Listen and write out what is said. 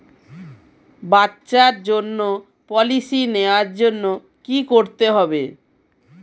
বাচ্চার জন্য পলিসি নেওয়ার জন্য কি করতে হবে?